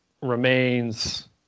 remains –